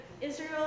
Israel